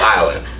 Island